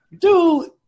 dude